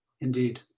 Indeed